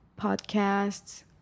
podcasts